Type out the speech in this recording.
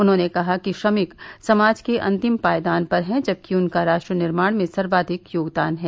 उन्होंने कहा कि श्रमिक समाज के अन्तिम पायदान पर हैं जबकि उनका राष्ट्र निर्माण में सर्वाधिक योगदान है